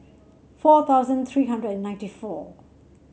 four thousand three hundred and ninety four